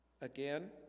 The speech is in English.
Again